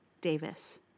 Davis